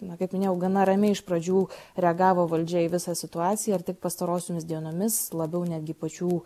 na kaip minėjau gana ramiai iš pradžių reagavo valdžia į visą situaciją ir tik pastarosiomis dienomis labiau netgi pačių